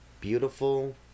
beautiful